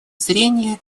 зрения